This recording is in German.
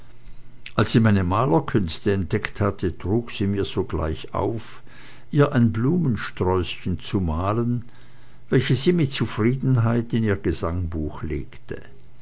als sie meine malerkünste entdeckt hatte trug sie mir sogleich auf ihr ein blumensträußchen zu malen welches sie mit zufriedenheit in ihr gesangbuch legte